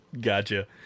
gotcha